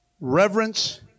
reverence